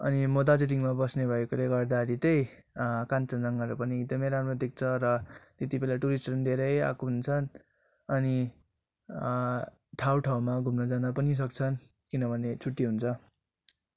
अनि म दार्जिलिङमा बस्ने भएकोले गर्दाखेरि चाहिँ कञ्चनजङ्गाहरू पनि एकदमै राम्रो देख्छ र त्यति बेला टुरिस्टहरू पनि धेरै आएन्को हुन्छन् अनि ठाउँ ठाउँमा घुम्न जान पनि सक्छन् किनभने छट्टी हुन्छ